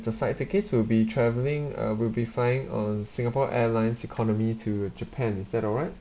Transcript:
the flight tickets will be travelling uh will be flying on singapore airlines economy to japan is that alright